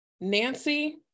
Nancy